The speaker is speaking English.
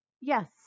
Yes